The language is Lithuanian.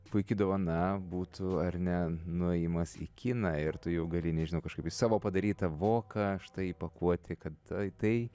puiki dovana būtų ar ne nuėjimas į kiną ir tu jau gali nežinau kažkaip į savo padarytą voką štai įpakuoti kad tai